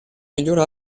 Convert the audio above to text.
migliore